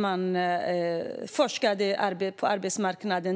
man senast forskade om arbetsmarknaden.